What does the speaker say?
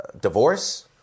divorce